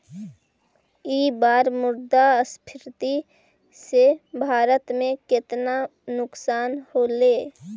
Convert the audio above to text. ई बार मुद्रास्फीति से भारत में केतना नुकसान होलो